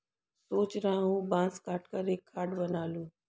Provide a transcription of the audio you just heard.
सोच रहा हूं बांस काटकर एक खाट बना लूं